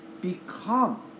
become